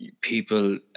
people